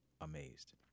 amazed